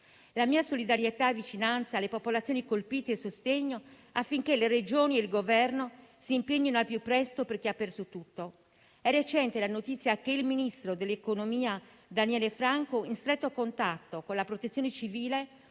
la mia solidarietà e vicinanza alle popolazioni colpite e il sostegno affinché le Regioni e il Governo si impegnino al più presto per chi ha perso tutto. È recente la notizia che il ministro dell'economia e delle finanze Daniele Franco, in stretto contatto con la Protezione civile,